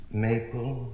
maple